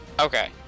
Okay